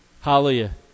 Hallelujah